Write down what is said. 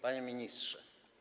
Panie Ministrze!